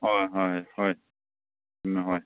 ꯍꯣꯏ ꯍꯣꯏ ꯍꯣꯏ ꯎꯝ ꯍꯣꯏ